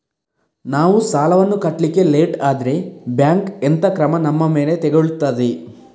ನಾವು ಸಾಲ ವನ್ನು ಕಟ್ಲಿಕ್ಕೆ ಲೇಟ್ ಆದ್ರೆ ಬ್ಯಾಂಕ್ ಎಂತ ಕ್ರಮ ನಮ್ಮ ಮೇಲೆ ತೆಗೊಳ್ತಾದೆ?